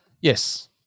yes